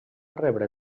rebre